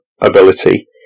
ability